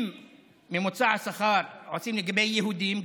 אם עושים ממוצע שכר לגבי יהודים,